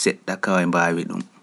seɗɗa kawe mbaawi ɗum.